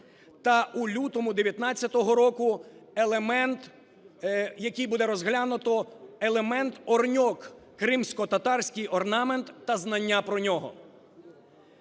та у лютому 19-го року - елемент, який буде розглянуто, елемент "Орьнек" – кримськотатарський орнамент та знання про нього".